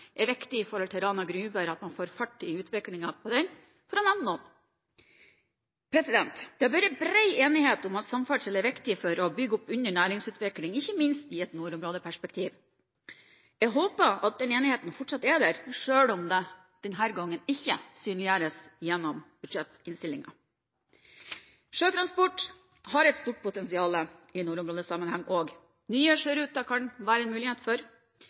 Rana Gruber, at man får fart i utviklingen på den, for å nevne noen. Det har vært bred enighet om at samferdsel er viktig for å bygge opp under næringsutvikling, ikke minst i et nordområdeperspektiv. Jeg håper at den enigheten fortsatt er der, selv om det denne gangen ikke synliggjøres gjennom budsjettinnstillingen. Sjøtransport har et stort potensial i nordområdesammenheng også. Nye sjøruter kan være en mulighet for